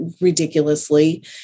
ridiculously